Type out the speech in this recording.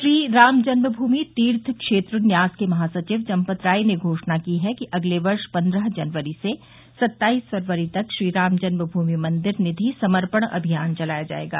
श्री राम जन्मभूमि तीर्थ क्षेत्र न्यास के महासचिव चंपत राय ने घोषणा की है कि अगले वर्ष पन्द्रह जनवरी से सत्ताईस फरवरी तक श्रीराम जन्मभूमि मंदिर निधि समर्पण अभियान चलाया जाएगा